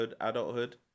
adulthood